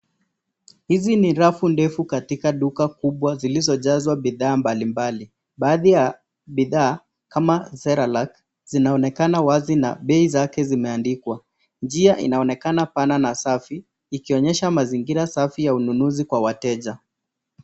Hizi ni rafu ndefu katika duka kubwa zilizojazwa bidhaa mbalimbali. Baadhi ya bidhaa kama cerelac zinaonekana wazi na bei zake zimeandikwa. Njia inaonekana pana na safi ikionyesha mazingira safi kwa ununuzi kwa wateja.